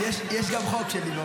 יש גם חוק שלי.